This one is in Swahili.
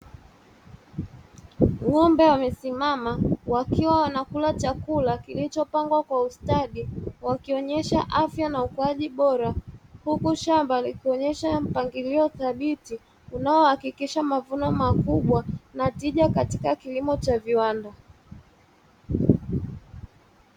Ng'ombe wamesimama wakiwa wanakula chakula kilichopangwa kwa ustadhi wakionyesha afya na ukuaji bora, huku shamba likuonyesha mpangilio thabiti unaohakikisha mavuno makubwa na tija katika kilimo cha viwanda.